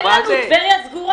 טבריה סגורה.